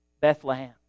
bethlehem